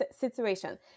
situation